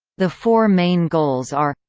the four main goals are